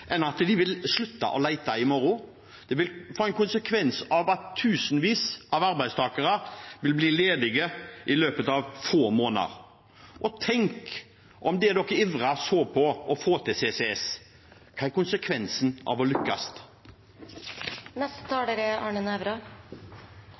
at de vil slutte å lete i morgen. Det vil få som konsekvens at tusenvis av arbeidstakere vil bli ledige i løpet av få måneder. Tenk på det de ivrer så etter å få til, CCS – hva er konsekvensen av å lykkes?